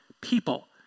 people